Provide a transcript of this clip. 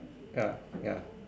ya ya